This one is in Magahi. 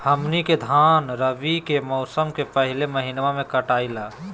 हमनी के धान रवि के मौसम के पहले महिनवा में कटाई ला